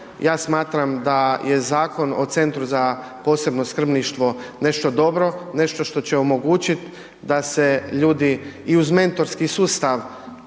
Ja smatram da je Zakon o centru za posebno skrbništvo nešto dobro, nešto što će omogućiti da se ljudi i uz mentorski sustav